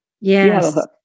Yes